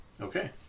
Okay